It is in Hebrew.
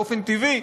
באופן טבעי,